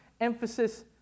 emphasis